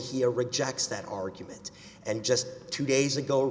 here rejects that argument and just two days ago